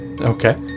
Okay